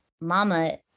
mama